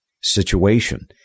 situation